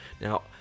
Now